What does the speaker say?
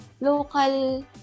local